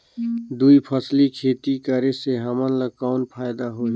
दुई फसली खेती करे से हमन ला कौन फायदा होही?